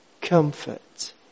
comfort